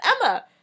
Emma